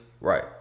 Right